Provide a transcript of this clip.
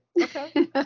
Okay